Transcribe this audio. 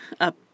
Up